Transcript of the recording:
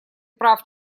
прав